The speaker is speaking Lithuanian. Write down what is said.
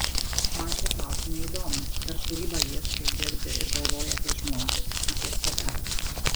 man šie klausimai įdomūs per kūrybą ieškai dirbi ir galvoji apie žmogų apie save